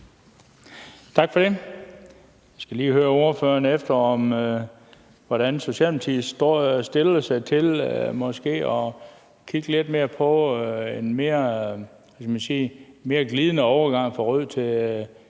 Tak for det. Jeg skal lige høre ordføreren, hvordan Socialdemokratiet stiller sig til måske at kigge lidt mere på en mere glidende overgang fra rød til